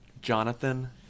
Jonathan